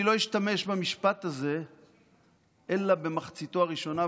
אני לא אשתמש במשפט הזה אלא במחציתו הראשונה,